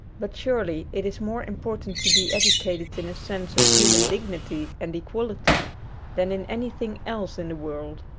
but surely it is more important to be educated in a sense of human dignity and equality than in any thing else in the world.